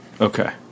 Okay